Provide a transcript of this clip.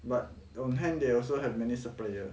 but on hand they also have many supplier